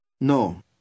No